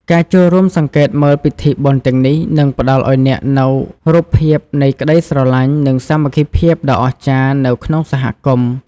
ការចូលរួមសង្កេតមើលពិធីបុណ្យទាំងនេះ នឹងផ្តល់ឱ្យអ្នកនូវរូបភាពនៃក្តីស្រឡាញ់ និងសាមគ្គីភាពដ៏អស្ចារ្យនៅក្នុងសហគមន៍។